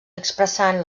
expressant